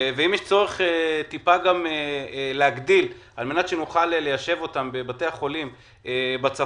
ואם יש צורך להגדיל על מנת שנוכל ליישב אותם בבתי החולים בצפון,